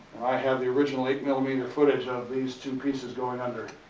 i have the original eight millimeter footage of these two pieces going under.